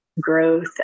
growth